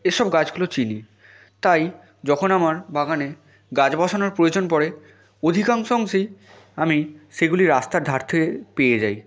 এসব গাছগুলো চিনি তাই যখন আমার বাগানে গাছ বসানোর প্রয়োজন পড়ে অধিকাংশ অংশেই আমি সেগুলি রাস্তার ধার থেকে পেয়ে যাই